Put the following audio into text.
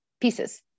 pieces